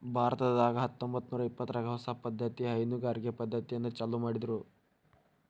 ಭಾರತದಾಗ ಹತ್ತಂಬತ್ತನೂರಾ ಇಪ್ಪತ್ತರಾಗ ಹೊಸ ಪದ್ದತಿಯ ಹೈನುಗಾರಿಕೆ ಪದ್ದತಿಯನ್ನ ಚಾಲೂ ಮಾಡಿದ್ರು